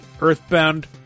Earthbound